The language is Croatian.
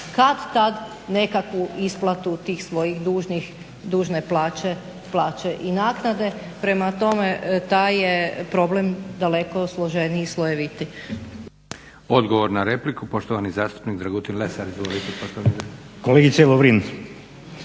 kad-tad nekakvu isplatu tih svojih dužnih, dužne plaće i naknade. Prema tome taj je problem daleko složeniji i slojevitiji. **Leko, Josip (SDP)** Odgovor na repliku, poštovani zastupnik Dragutin Lesar. Izvolite poštovani